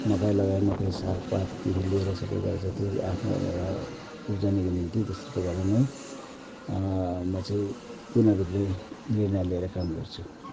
मकै लगायो मकै साग पातदेखि लिएर सबै गरेर जति आफ्नो एउटा उब्जनीको निम्ति त्यस्तो प्रकारले नै म चाहिँ पूर्ण रूपले निर्णय लिएर काम गर्छु